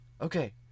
Okay